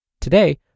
Today